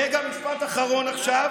רגע, משפט אחרון עכשיו.